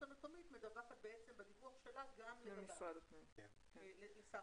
המקומית מדווחת בדיווח שלה גם לשר הפנים לשם